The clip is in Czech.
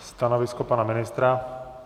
Stanovisko pana ministra?